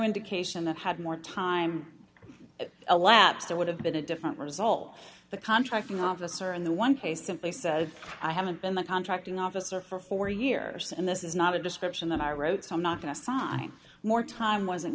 indication that had more time elapsed there would have been a different result the contracting officer in the one case simply said i haven't been the contracting officer for four years and this is not a description that i wrote some not going to sign more time wasn't